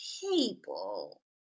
people